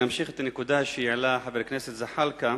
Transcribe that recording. אני אמשיך את הנקודה שהעלה חבר הכנסת זחאלקה